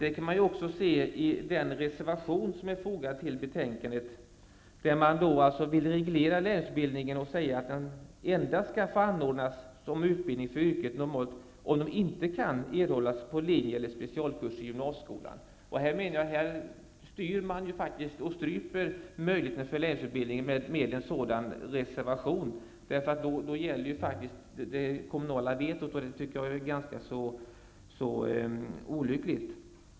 Det kan man också se i en reservation som har fogats till betänkandet. Där framför reservanterna att de vill reglera lärlingsutbildningen och säger att den endast skall få anordnas som utbildning för yrken som normalt inte kan erhållas på linje eller specialkurs inom gymnasieskolan. Då stryper man möjligheterna för lärlingsutbildningen. Dessutom gäller då det kommunala vetot, och det är ganska olyckligt.